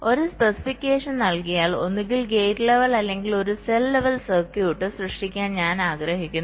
ഒരു സ്പെസിഫിക്കേഷൻ നൽകിയാൽ ഒന്നുകിൽ ഒരു ഗേറ്റ് ലെവൽ അല്ലെങ്കിൽ ഒരു സെൽ ലെവൽ സർക്യൂട്ട് സൃഷ്ടിക്കാൻ ഞാൻ ആഗ്രഹിക്കുന്നു